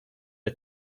are